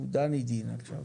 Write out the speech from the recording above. הוא דנידין עכשיו,